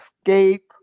Escape